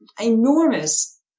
enormous